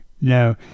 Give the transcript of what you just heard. No